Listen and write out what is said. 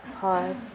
pause